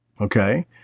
okay